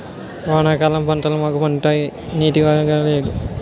వానాకాలం పంటలు మాకు పండుతాయి నీటివాగు లేదు